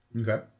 Okay